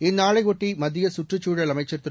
இந்நாளையொட்டிமத்தியகற்றுச் சூழல் அமைச்சர் திரு